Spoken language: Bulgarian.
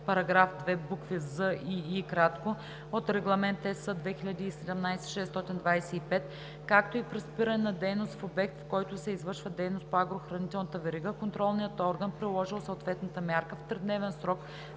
138, § 2, букви „з“ и „й“ от Регламент (ЕС) 2017/625, както и при спиране на дейност в обект, в който се извършва дейност по агрохранителната верига, контролният орган, приложил съответната мярка, в тридневен срок